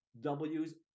W's